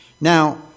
Now